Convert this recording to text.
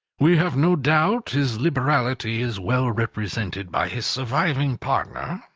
we have no doubt his liberality is well represented by his surviving partner,